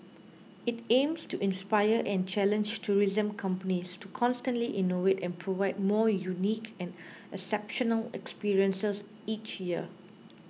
it aims to inspire and challenge tourism companies to constantly innovate and provide more unique and exceptional experiences each year